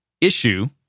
issue